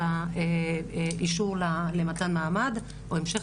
של הוועדה היו בכל